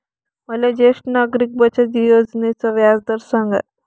मले ज्येष्ठ नागरिक बचत योजनेचा व्याजदर सांगा